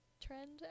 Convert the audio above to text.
trend